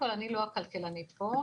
אני לא הכלכלנית פה,